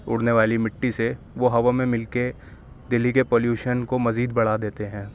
اڑنے والی مٹی سے وہ ہوا میں مل کے دلی کے پلوشن کو مزید بڑھا دیتے ہیں